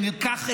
בבקשה.